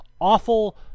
Awful